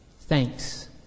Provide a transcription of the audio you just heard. Thanks